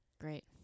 Great